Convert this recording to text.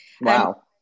Wow